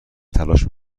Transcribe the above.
تلاش